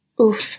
oof